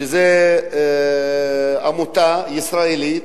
שזו עמותה ישראלית,